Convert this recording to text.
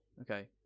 Okay